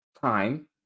time